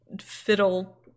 fiddle